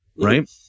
Right